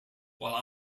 while